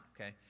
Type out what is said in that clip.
okay